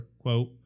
quote